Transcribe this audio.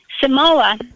Samoa